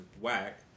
whack